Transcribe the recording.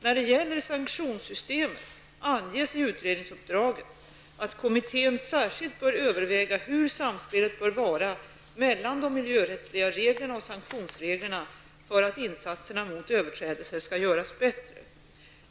När det gäller sanktionssystemet anges i utredningsuppdraget att kommittén särskilt bör överväga hur samspelet bör vara mellan de miljörättsliga reglerna och sanktionsreglerna för att insatserna mot överträdelser skall göras bättre.